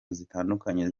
zitandukanye